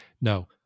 no